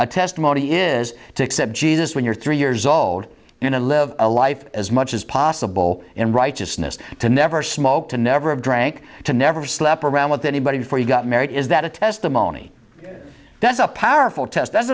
a testimony is to accept jesus when you're three years old in a love life as much as possible in righteousness to never smoke to never have drank to never slept around with anybody before you got married is that a testimony that's a powerful test